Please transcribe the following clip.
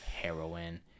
heroin